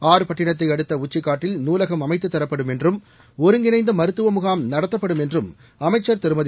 ஆர்பட்டினத்தை அடுத்த உச்சிக்காட்டில் நூலகம் அமைத்துத் தரப்படும் என்றும் ஒருங்கிணைந்த மருத்துவ முகாம் நடத்தப்படும் என்றும் அமைச்சள் திருமதி